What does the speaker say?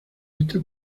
esta